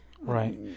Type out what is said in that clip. Right